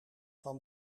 van